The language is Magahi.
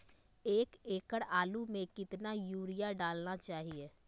एक एकड़ आलु में कितना युरिया डालना चाहिए?